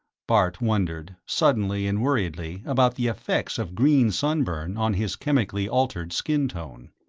bart wondered, suddenly and worriedly, about the effects of green sunburn on his chemically altered skin tone.